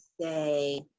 say